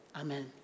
Amen